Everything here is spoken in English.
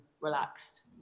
relaxed